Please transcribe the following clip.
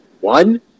One